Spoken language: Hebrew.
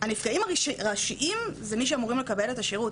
הנפגעים הראשיים אלו מי שאמורים לקבל את השירותים שהן נתונות.